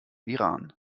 iran